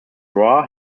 roar